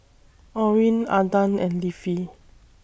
Orrin Adan and Leafy